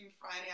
Friday